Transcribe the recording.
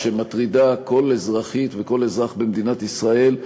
שמטרידה כל אזרחית וכל אזרח במדינת ישראל,